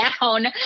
down